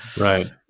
right